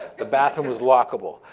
the bathroom was lockable,